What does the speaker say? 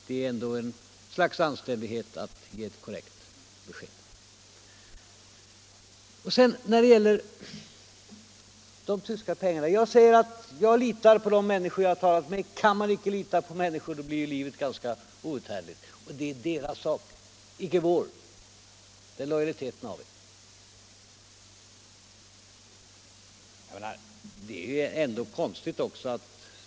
Det är ändå ett slags anständighet att ge ett korrekt besked. När det gäller de tyska pengarna säger jag att jag litar på de människor jag har talat med. Kan man inte lita på människor blir ju livet ganska outhärdligt. Det är deras sak, inte vår. Den lojaliteten har vi.